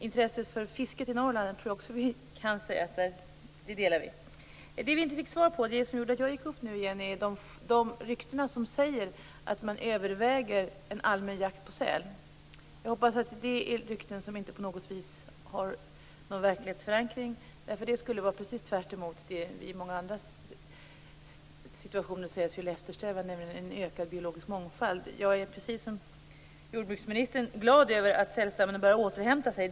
Intresset för fisket i Norrland tror jag att jag kan säga att vi delar. Det vi inte fick svar på och som gjorde att jag begärde ordet igen var de rykten som säger att man överväger en allmän jakt på säl. Jag hoppas att det är rykten som inte på något vis har någon verklighetsförankring. Det skulle vara precis tvärtemot det vi i många andra situationer säger att vi vill eftersträva, nämligen en ökad biologisk mångfald. Jag är precis som jordbruksministern glad över att sälstammen har börjat återhämta sig.